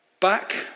Back